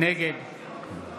נגד